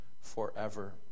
forever